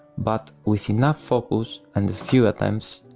but with enough focus and few attempts,